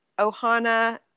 Ohana